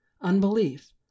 Unbelief